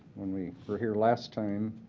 when we were here last time,